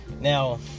now